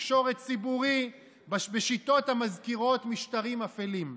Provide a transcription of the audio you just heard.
תקשורת ציבורי בשיטות המזכירות משטרים אפלים.